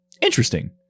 Interesting